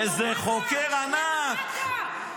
איזה חוקר ענק,